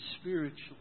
spiritually